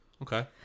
Okay